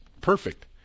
Perfect